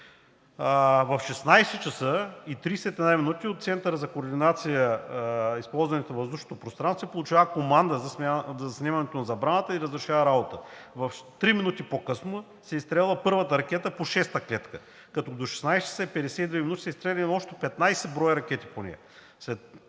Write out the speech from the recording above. В 16,31 ч. от Центъра за координация използването на въздушното пространство се получава команда за снемането на забраната и разрешаване на работата. Три минути по-късно се изстрелва първата ракета по шеста клетка, като до 16,52 ч. са изстреляни общо 15 броя ракети по нея.